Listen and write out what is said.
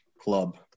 club